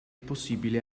possibile